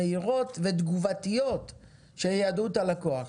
מהירות ותגובתיות שיידעו את הלקוח.